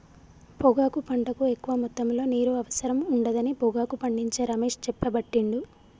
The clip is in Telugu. పొగాకు పంటకు ఎక్కువ మొత్తములో నీరు అవసరం ఉండదని పొగాకు పండించే రమేష్ చెప్పబట్టిండు